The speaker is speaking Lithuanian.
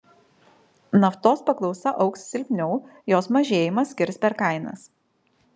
naftos paklausa augs silpniau jos mažėjimas kirs per kainas